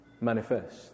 manifest